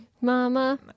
Mama